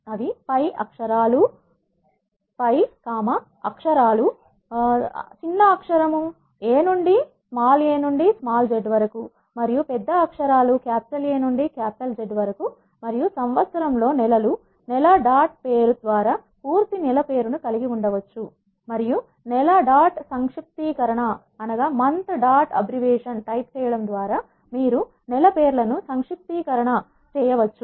అవి పై అక్షరాలు చిన్న అక్షరం a నుండి z వరకు మరియు పెద్ద అక్షరాలు A నుండి Z వరకు మరియు సంవత్సరం లో నెలలు నెల డాట్ పేరు ద్వారా పూర్తి నెల పేరును కలిగి ఉండవచ్చు మరియు నెల డాట్ సంక్షిప్తీకరణ టైప్ చేయడం ద్వారా మీరు నెల పేర్లను సంక్షిప్తీకరణ చేయవచ్చు